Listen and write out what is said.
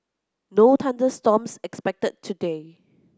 no thunder storms expected today